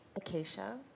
Acacia